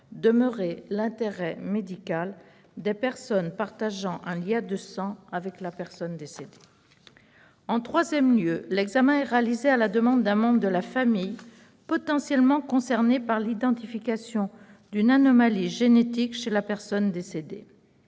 demeurer l'intérêt médical des personnes partageant un lien de sang avec la personne décédée. En troisième lieu, l'examen est réalisé à la demande d'un membre de la famille potentiellement concerné par l'identification d'une anomalie génétique chez la personne décédée.